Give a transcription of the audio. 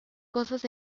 cosas